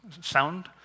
sound